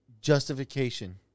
justification